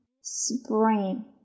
Spring